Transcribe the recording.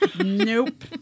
nope